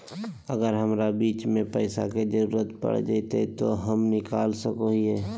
अगर हमरा बीच में पैसे का जरूरत पड़ जयते तो हम निकल सको हीये